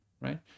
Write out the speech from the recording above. right